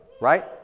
Right